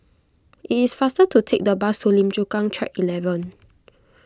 it is faster to take the bus to Lim Chu Kang Track eleven